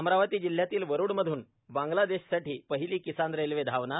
अमरावती जिल्ह्यातील वरुड मधून बांग्लादेशसाठी पहिली किसान रेल धावणार